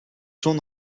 zon